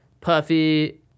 puffy